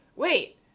Wait